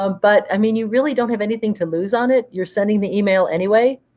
um but i mean you really don't have anything to lose on it. you're sending the email anyway.